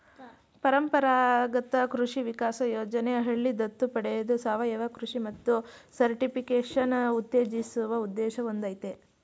ಪರಂಪರಾಗತ ಕೃಷಿ ವಿಕಾಸ ಯೋಜನೆ ಹಳ್ಳಿ ದತ್ತು ಪಡೆದು ಸಾವಯವ ಕೃಷಿ ಮತ್ತು ಸರ್ಟಿಫಿಕೇಷನ್ ಉತ್ತೇಜಿಸುವ ಉದ್ದೇಶ ಹೊಂದಯ್ತೆ